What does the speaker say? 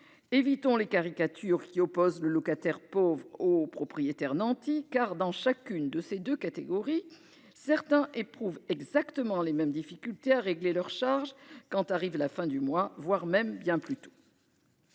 Évitons les caricatures qui opposent le locataire pauvre au propriétaire nanti, car, dans chacune de ces deux catégories, certains éprouvent exactement les mêmes difficultés à régler leurs charges à la fin du mois, voire bien plus tôt.